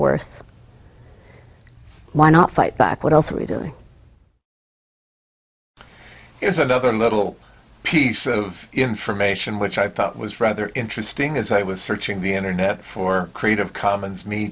worth why not fight back what else are easily it's another little piece of information which i thought was rather interesting as i was searching the internet for creative commons me